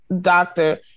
doctor